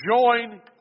join